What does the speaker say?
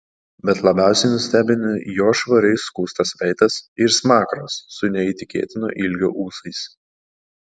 bet labiausiai nustebino jo švariai skustas veidas ir smakras su neįtikėtino ilgio ūsais